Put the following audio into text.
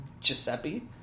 Giuseppe